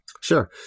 sure